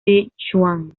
sichuan